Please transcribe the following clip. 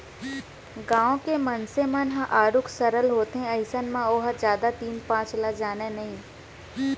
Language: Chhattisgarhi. गाँव के मनसे मन ह आरुग सरल होथे अइसन म ओहा जादा तीन पाँच ल जानय नइ